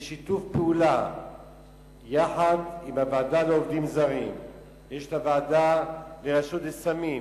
בשיתוף פעולה עם הוועדה לעובדים זרים והוועדה למלחמה בנגע הסמים,